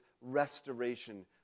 restoration